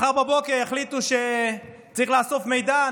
מחר בבוקר יחליטו שצריך לאסוף מידע,